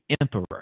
emperor